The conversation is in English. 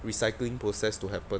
recycling process to happen